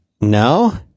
No